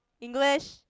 english